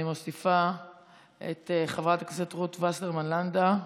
אני מוסיפה את חברת הכנסת רות וסרמן לנדה,